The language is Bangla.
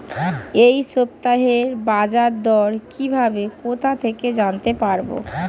এই সপ্তাহের বাজারদর কিভাবে কোথা থেকে জানতে পারবো?